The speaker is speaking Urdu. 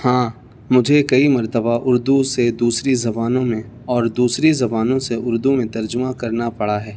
ہاں مجھے کئی مرتبہ اردو سے دوسری زبانوں میں اور دوسری زبانوں سے اردو میں ترجمہ کرنا پڑا ہے